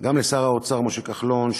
גם לשר האוצר משה כחלון,